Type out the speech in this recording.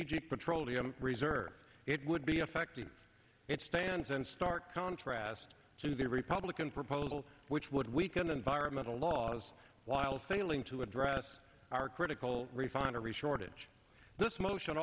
strategic petroleum reserve it would be effective it stands in stark contrast to the republican proposal which would weaken environmental laws while failing to address our critical refinery shortage this motion